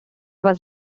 was